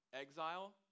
exile